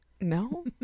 no